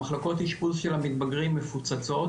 המחלקות אשפוז של המתבגרים מפוצצות